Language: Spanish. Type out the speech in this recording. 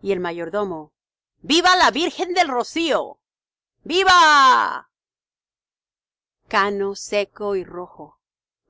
y el mayordomo viva la virgen del rocío vivaaaaa cano seco y rojo